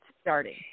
starting